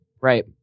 Right